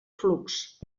flux